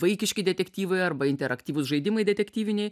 vaikiški detektyvai arba interaktyvūs žaidimai detektyviniai